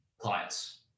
clients